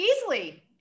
easily